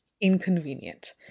inconvenient